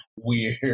weird